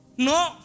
No